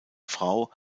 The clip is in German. frau